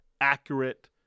accurate